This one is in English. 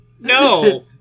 No